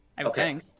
Okay